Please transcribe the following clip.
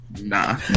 nah